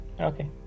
Okay